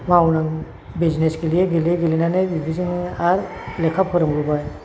मावनां business गेलेयै गेलेयै गेलेनानै बिदिजोंनो आरो लेखा फोरोंबोबाय